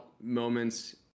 moments